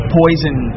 poison